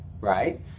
right